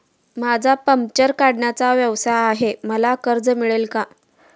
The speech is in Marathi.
माझा पंक्चर काढण्याचा व्यवसाय आहे मला कर्ज मिळेल का?